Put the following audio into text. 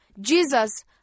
Jesus